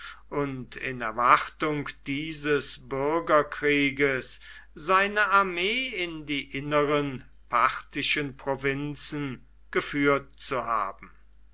und in erwartung dieses bürgerkrieges seine armee in die inneren parthischen provinzen geführt zu haben